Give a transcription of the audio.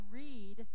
read